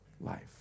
life